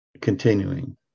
Continuing